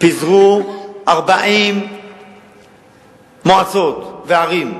פיזרו 40 מועצות וערים,